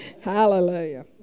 Hallelujah